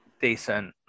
decent